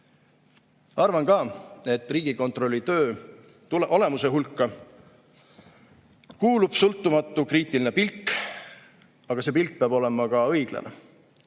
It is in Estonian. Arvan ka, et riigikontrolöri töö olemuse hulka kuulub sõltumatu kriitiline pilk. Aga see pilk peab olema õiglane.